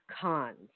cons